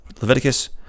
Leviticus